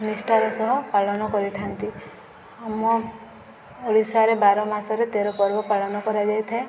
ନିଷ୍ଠାର ସହ ପାଳନ କରିଥାନ୍ତି ଆମ ଓଡ଼ିଶାରେ ବାର ମାସରେ ତେର ପର୍ବ ପାଳନ କରାଯାଇ ଥାଏ